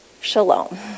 shalom